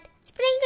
spring